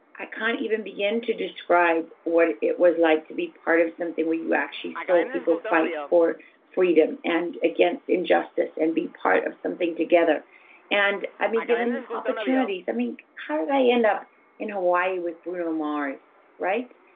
i can't even begin to describe, what it was like to be part of something where you actually saw people fight for freedom, and against injustice, and be part of something together and i've been given opportunities. i mean, how did i end up in hawaii with bruno mars? right?